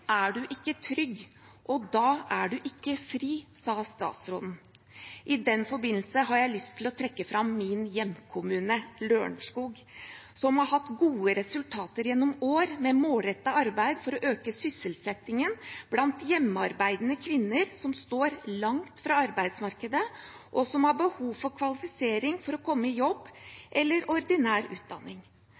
er en ikke trygg, og da kan en heller ikke være fri», sa statsråden. I den forbindelse har jeg lyst til å trekke fram min hjemkommune, Lørenskog, som har hatt gode resultater gjennom år med målrettet arbeid for å øke sysselsettingen blant hjemmearbeidende kvinner som står langt fra arbeidsmarkedet, og som har behov for kvalifisering for å komme i jobb eller ordinær utdanning.